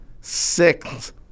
six